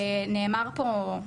נאמר פה,